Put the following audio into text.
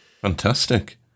Fantastic